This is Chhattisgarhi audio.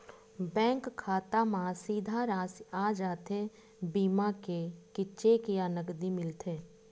बैंक खाता मा सीधा राशि आ जाथे बीमा के कि चेक या नकदी मिलथे?